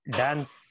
dance